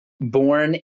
born